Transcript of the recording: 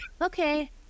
okay